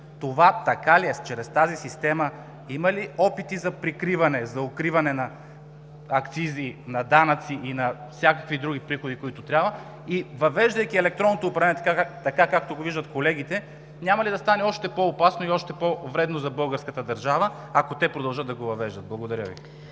това така ли е? Чрез тази система има ли опити за прикриване, за укриване на акцизи, на данъци и на всякакви приходи? Въвеждайки електронното управление така, както го виждат колегите, няма ли да стане още по-опасно и още по-вредно за българската държава, ако те продължат да го въвеждат? Благодаря Ви.